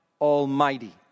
Almighty